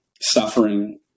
suffering